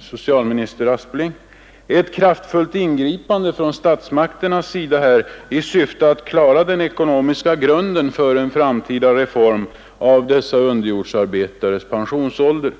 socialminister Aspling — ett kraftfullt ingripande från statsmakternas sida i syfte att klara den ekonomiska grunden för en framtida reform av dessa underjordsarbetares pensionsålder.